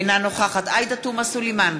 אינה נוכחת עאידה תומא סלימאן,